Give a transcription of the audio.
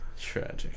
Tragic